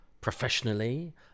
professionally